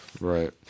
Right